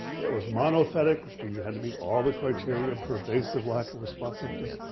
it was monothetic, which means you had to meet all the criteria, pervasive lack of responsiveness.